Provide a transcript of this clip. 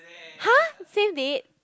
!huh! same date